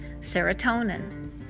serotonin